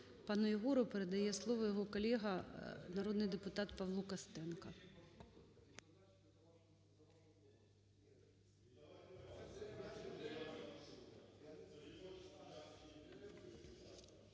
Пану Єгору передає слово його колега народний депутат Павло Костенко.